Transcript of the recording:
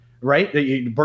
right